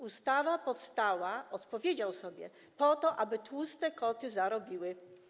Ustawa powstała - odpowiedział sobie - po to, aby tłuste koty zarobiły.